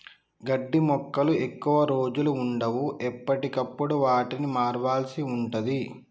గడ్డి మొక్కలు ఎక్కువ రోజులు వుండవు, ఎప్పటికప్పుడు వాటిని మార్వాల్సి ఉంటది